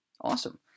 awesome